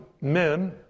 men